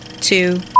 two